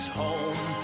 home